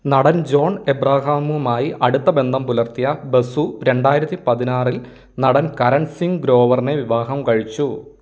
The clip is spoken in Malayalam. നടൻ ജോൺ എബ്രഹാമുമായി അടുത്ത ബന്ധം പുലർത്തിയ ബസു രണ്ടായിരത്തി പതിനാറിൽ നടൻ കരൺ സിംഗ് ഗ്രോവറിനെ വിവാഹം കഴിച്ചു